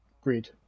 grid